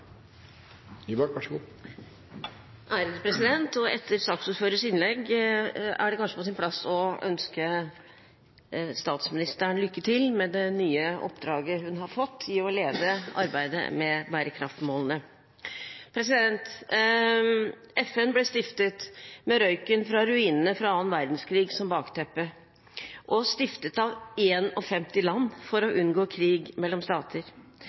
med det nye oppdraget hun har fått med å lede arbeidet med bærekraftsmålene. FN ble stiftet med røyken fra ruinene etter annen verdenskrig som bakteppe og stiftet av 51 land for å unngå krig mellom stater.